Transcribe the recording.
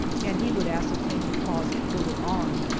and he would ascertain the cause farther on.